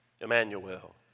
Emmanuel